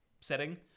setting